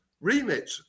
remit